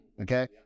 okay